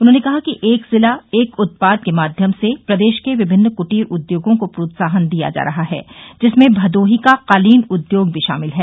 उन्होंने कहा कि एक जिला एक उत्पाद के माध्यम से प्रदेश के विभिन्न कूटीर उद्योगों को प्रोत्साहन दिया जा रहा है जिसमें भदोही का कालीन उद्योग भी शामिल है